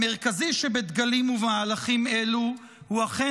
המרכזי שבדגלים ובמהלכים אלה הוא אכן